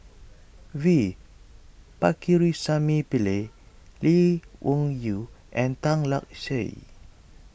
V Pakirisamy Pillai Lee Wung Yew and Tan Lark Sye